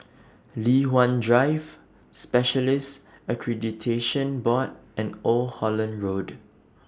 Li Hwan Drive Specialists Accreditation Board and Old Holland Road